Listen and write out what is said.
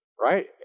right